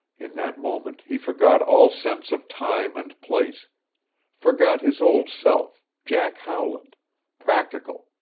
in that moment he forgot all sense of time and place forgot his old self jack howland practical,